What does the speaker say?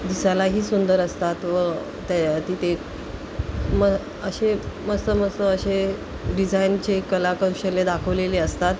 दिसायलाही सुंदर असतात व त्या तिथे म असे मस्त मस्त असे डिझाईनचे कलाकौशल्य दाखवलेले असतात